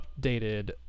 updated